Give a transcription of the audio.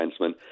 defenseman